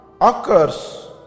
occurs